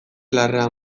larrea